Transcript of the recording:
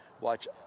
watch